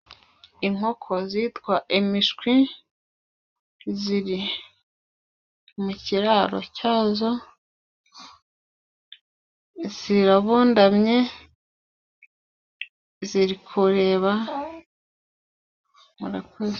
Inkoko zitwa imishwi ziri mu kiraro cyazo zirabundamye zirikureba.